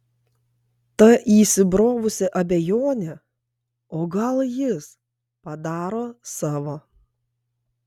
ta įsibrovusi abejonė o gal jis padaro savo